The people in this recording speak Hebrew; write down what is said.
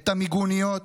את המיגוניות,